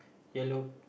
yellow